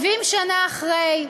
70 שנה אחרי,